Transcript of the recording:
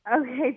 Okay